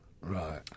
Right